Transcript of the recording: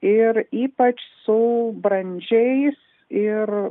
ir ypač su brandžiais ir